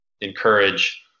encourage